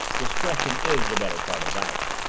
discretion is the better part of valor!